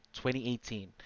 2018